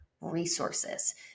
resources